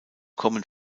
kommen